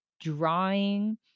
drawing